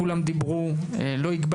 כולם דיברו, כמעט ולא הגבלתי